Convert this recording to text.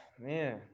man